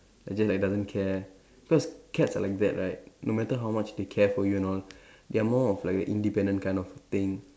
and just like doesn't care cause cats are like that right no matter how much they care for you and all they are more of like independent kind of thing